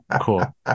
Cool